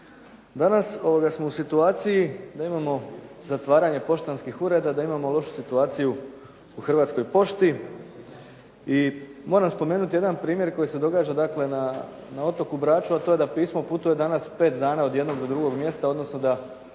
Danas smo u situaciji da imamo zatvaranje poštanskih ureda, da imamo lošu situaciju u Hrvatskoj pošti i moram spomenuti jedan primjer koji se događa dakle na otoku Braču to da pismo putuje danas od jednog drugog mjesta, odnosno da